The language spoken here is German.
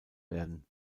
werden